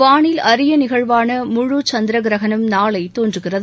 வானில் அரிய நிகழ்வான முழு சந்திரகிரஹணம் நாளை தோன்றுகிறது